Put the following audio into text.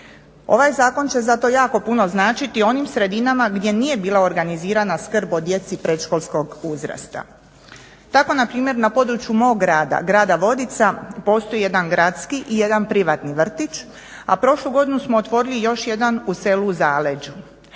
Ovaj zakon će zato jako puno značiti onim sredinama gdje nije bila organizirana skrb o djeci predškolskog uzrasta. Tako npr. na području mog grada, grada Vodica postoji jedan gradski i jedan privatni vrtić, a prošlu godinu smo otvorili još jedan u selu u Zaleđu.